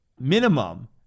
minimum